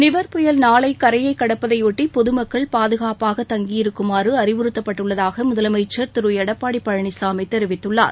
நிவர் புயல் நாளை கரையை கடப்பதையொட்டி பொதுமக்கள் பாதுகாப்பாக தங்கியிருக்குமாறு அறிவுறுத்தப்பட்டுள்ளதாக முதலமைச்சர் திரு எடப்பாடி பழனிசாமி தெரிவித்துள்ளார்